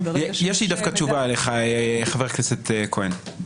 יש לי דווקא תשובה אליך, חבר הכנסת כהן.